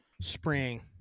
Spring